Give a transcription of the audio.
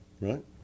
right